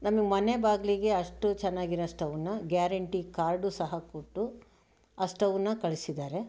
ನಮಗೆ ಮನೆ ಬಾಗಿಲಿಗೆ ಅಷ್ಟು ಚೆನ್ನಾಗಿರೋ ಸ್ಟೌವ್ವನ್ನು ಗ್ಯಾರಂಟಿ ಕಾರ್ಡು ಸಹ ಕೊಟ್ಟು ಆ ಸ್ಟೌವ್ವನ್ನು ಕಳಿಸಿದ್ದಾರೆ